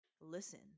listen